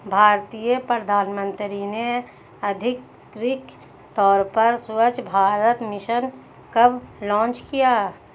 भारतीय प्रधानमंत्री ने आधिकारिक तौर पर स्वच्छ भारत मिशन कब लॉन्च किया?